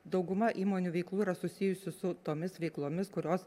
dauguma įmonių veiklų yra susijusių su tomis veiklomis kurios